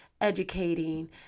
educating